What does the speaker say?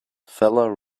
feller